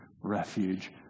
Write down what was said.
refuge